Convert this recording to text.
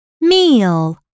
meal